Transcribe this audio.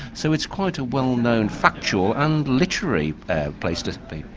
so it's quite a well-known, factual and literary place to be.